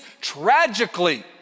tragically